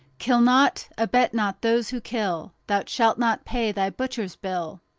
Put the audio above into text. kill not, abet not those who kill thou shalt not pay thy butcher's bill.